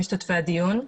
הדיון.